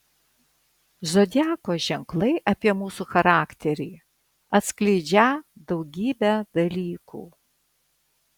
zodiako ženklai apie mūsų charakterį atskleidžią daugybę dalykų